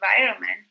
environment